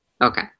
Okay